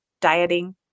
dieting